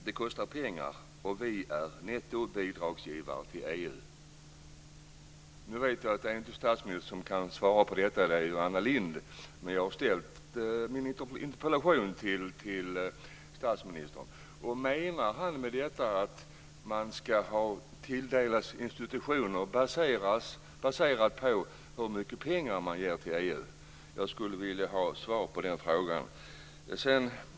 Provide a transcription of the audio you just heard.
Det kostar pengar, och vi är nettobidragsgivare till EU. Nu är det inte statsministern som ska svara på detta utan Anna Lindh, men jag ställde min interpellation till statsministern. Menar han med detta att man ska tilldelas institutioner baserat på hur mycket pengar man ger till EU? Jag skulle vilja ha svar på den frågan. Fru talman!